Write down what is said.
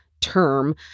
term